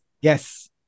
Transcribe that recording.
Yes